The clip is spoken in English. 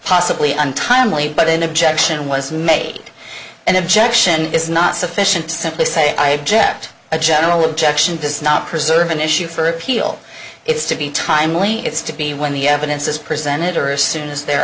possibly untimely but an objection was made an objection is not sufficient to simply say i object a general objection does not preserve an issue for appeal it's to be timely it's to be when the evidence is presented or as soon as they're